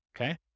Okay